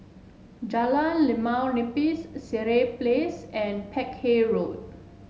Jalan Limau Nipis Sireh Place and Peck Hay Road